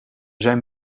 zijn